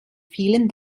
vielen